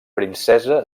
princesa